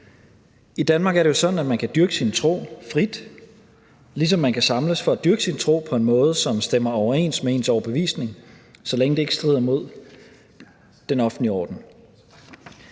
I Danmark er det jo sådan, at man kan dyrke sin tro frit, ligesom man kan samles for at dyrke sin tro på en måde, som stemmer overens med ens overbevisning, så længe det ikke strider mod den offentlige orden.